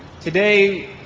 today